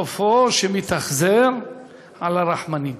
סופו שמתאכזר אל הרחמנים.